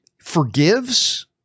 forgives